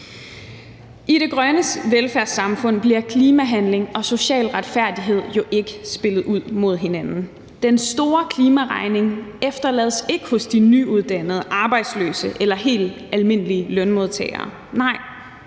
I det grønne velfærdssamfund bliver klimahandling og social retfærdighed ikke spillet ud mod hinanden. Den store klimaregning efterlades ikke hos de nyuddannede, arbejdsløse eller helt almindelige lønmodtagere.